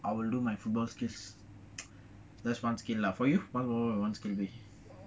I will do my football skills just one skill lah for you what will your one skill be